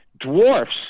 dwarfs